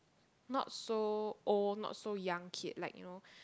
not so old not so young kid like you know